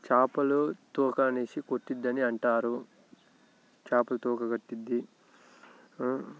చేపలు తోక అనేసి కొట్టిద్ది అని అంటారు చేపలు తోక కొట్టిద్ది